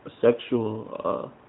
sexual